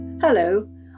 Hello